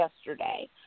yesterday